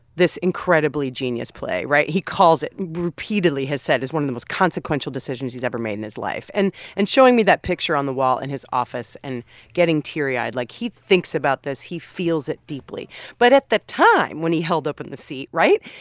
this incredibly genius play, right? he calls it repeatedly has said it's one of the most consequential decisions he's ever made in his life. and and showing me that picture on the wall in his office and getting teary-eyed like, he thinks about this. he feels it deeply but at the time when he held open the seat right?